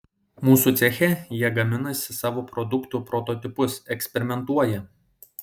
mūsų ceche jie gaminasi savo produktų prototipus eksperimentuoja